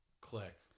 click